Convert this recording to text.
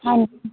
ਹਾਂਜੀ